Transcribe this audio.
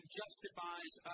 justifies